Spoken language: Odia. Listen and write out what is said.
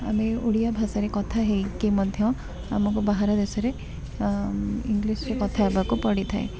ଆମେ ଓଡ଼ିଆ ଭାଷାରେ କଥା ହେଇକି ମଧ୍ୟ ଆମକୁ ବାହାର ଦେଶରେ ଇଂଗ୍ଲିଶ୍ ରେ କଥା ହେବାକୁ ପଡ଼ିଥାଏ